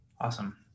Awesome